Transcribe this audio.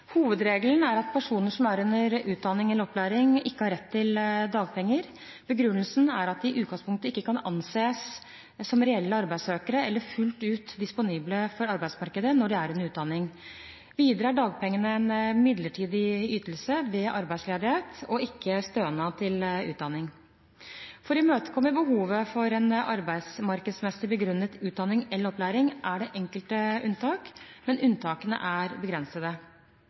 Hovedregelen er at personer som er under utdanning eller opplæring, ikke har rett til dagpenger. Begrunnelsen er at de i utgangspunktet ikke kan anses som reelle arbeidssøkere eller fullt ut disponible for arbeidsmarkedet når de er under utdanning. Videre er dagpengene en midlertidig ytelse ved arbeidsledighet og ikke stønad til utdanning. For å imøtekomme behovet for en arbeidsmarkedsmessig begrunnet utdanning eller opplæring er det enkelte unntak, men unntakene er begrensede.